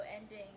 ending